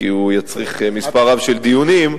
כי הוא יצריך מספר רב של דיונים,